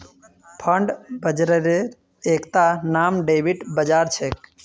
bond बाजारेर एकता नाम क्रेडिट बाजार छेक